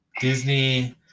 Disney